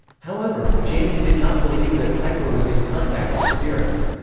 however, james did not believe that piper was in contact with spirits.